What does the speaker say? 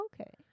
Okay